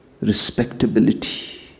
respectability